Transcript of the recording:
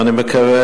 ואני מקווה,